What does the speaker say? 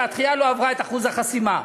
והתחיה לא עברה את אחוז החסימה.